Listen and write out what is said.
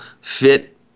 fit